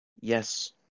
Yes